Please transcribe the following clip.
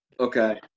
Okay